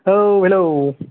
औ हेल'